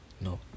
No